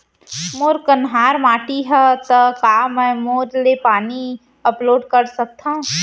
मोर कन्हार माटी हे, त का मैं बोर ले पानी अपलोड सकथव?